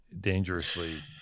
dangerously